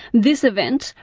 this event,